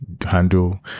handle